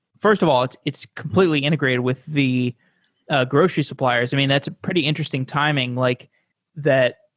first of all, it's it's completely integrated with the ah grocery suppliers. i mean, that's a pretty interesting timing like that